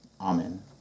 Amen